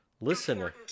Listener